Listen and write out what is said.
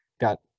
got